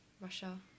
Russia